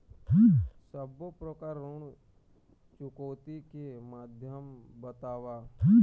सब्बो प्रकार ऋण चुकौती के माध्यम बताव?